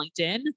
LinkedIn